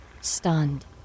Stunned